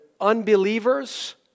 unbelievers